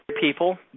people